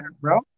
bro